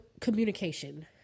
communication